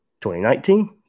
2019